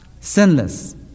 Sinless